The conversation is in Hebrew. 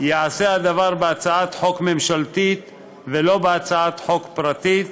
ייעשה הדבר בהצעת חוק ממשלתית ולא בהצעת חוק פרטית.